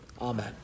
Amen